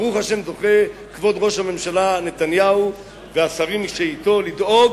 ברוך השם זוכה כבוד ראש הממשלה נתניהו והשרים שאתו לדאוג